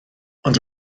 ond